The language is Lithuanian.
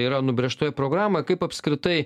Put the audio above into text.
yra nubrėžtoj programoj kaip apskritai